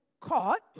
caught